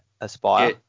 Aspire